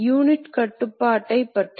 மற்றொரு அளவு வெட்டு ஆழம் ஆகும்